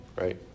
Right